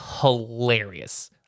hilarious